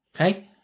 Okay